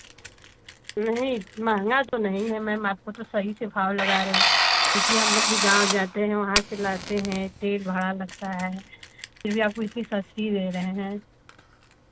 नहीं महँगा तो नहीं है मैम आपको तो सही से भाव लगा रहे हैं क्योंकि हम लोग भी गाँव जाते हैं वहाँ से लाते हैं तेल भाड़ा लगता है फिर भी आपको इतनी सस्ती दे रहे हैं